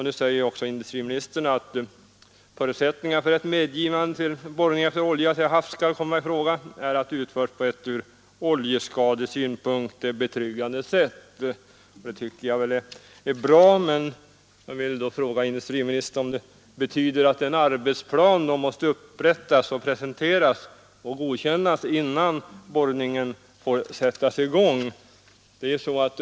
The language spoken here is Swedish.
Nu säger industriministern också att bland förutsättningarna ”för att medgivande till borrningar efter olja till havs skall komma i fråga är att de utförs på ett ur oljeskadesynpunkt betryggande sätt”. Det är nog bra, men jag vill ändå fråga industriministern om det betyder att en arbetsplan måste upprättas, presenteras och godkännas innan borrningen får sättas i gång.